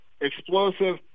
explosive